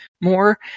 more